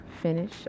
finish